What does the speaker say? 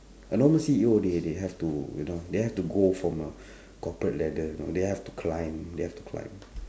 a normal C_E_O they they have to you know they have to go from a corporate ladder you know they have to climb they have to climb